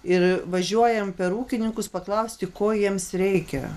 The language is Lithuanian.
ir važiuojam per ūkininkus paklausti ko jiems reikia